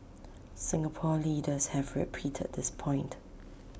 Singapore leaders have repeated this point